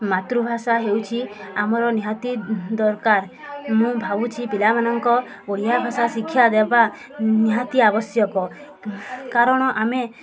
ମାତୃଭାଷା ହେଉଛି ଆମର ନିହାତି ଦରକାର ମୁଁ ଭାବୁଛି ପିଲାମାନଙ୍କ ଓଡ଼ିଆ ଭାଷା ଶିକ୍ଷା ଦେବା ନିହାତି ଆବଶ୍ୟକ କାରଣ ଆମେ